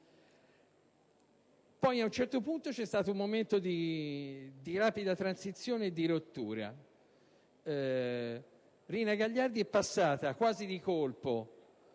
Poi, ad un certo punto, c'è stato un momento di rapida transizione e di rottura: Rina Gagliardi è passata quasi di colpo